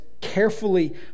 Carefully